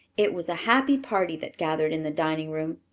it was a happy party that gathered in the dining room.